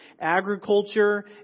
agriculture